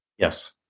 Yes